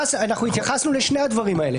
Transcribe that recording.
התייחסנו לשני הדברים האלה.